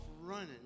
running